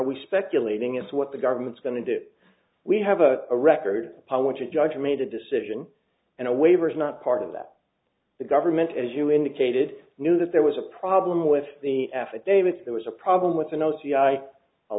we speculating it's what the government's going to do we have a record which a judge made a decision and a waiver is not part of that the government as you indicated knew that there was a problem with the affidavits there was a problem with a